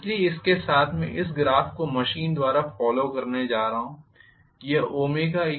इसलिए इसके साथ मैं इस ग्राफ को मशीन द्वारा फॉलो करने जा रहा हूं यह ωrated है